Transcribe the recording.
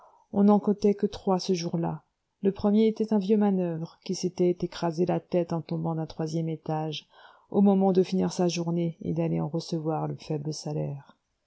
on n'en comptait que trois ce jour-là le premier était un vieux manoeuvre qui s'était écrasé la tête en tombant d'un troisième étage au moment de finir sa journée et d'aller en recevoir le faible salaire